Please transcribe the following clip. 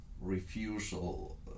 refusal